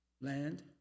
land